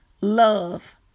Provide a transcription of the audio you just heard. love